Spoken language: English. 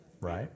Right